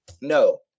No